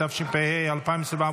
התשפ"ה 2024,